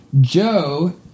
joe